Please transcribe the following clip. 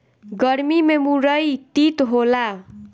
गरमी में मुरई तीत होला